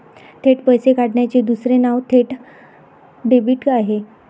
थेट पैसे काढण्याचे दुसरे नाव थेट डेबिट आहे